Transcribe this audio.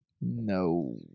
No